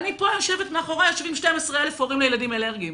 אני פה יושבת ומאחוריי יושבים 12,000 הורים לילדים אלרגיים.